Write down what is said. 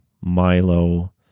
Milo